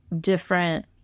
different